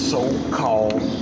So-called